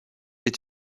est